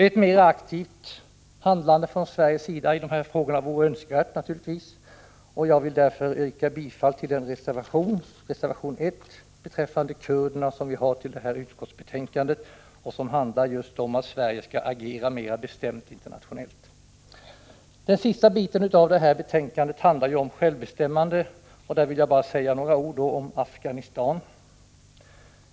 Ett mera aktivt handlande från svensk sida i dessa frågor vore önskvärt, och jag vill därför yrka bifall till reservation 1. Den reservationen handlar just om att Sverige skall agera mera bestämt internationellt. Den sista delen av betänkandet handlar om självbestämmande, och jag vill säga några ord om Afghanistan.